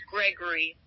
Gregory